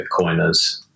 bitcoiners